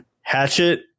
Hatchet